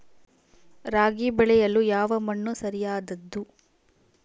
ರಾಗಿ ಬೆಳೆಯಲು ಯಾವ ಮಣ್ಣು ಸರಿಯಾದದ್ದು?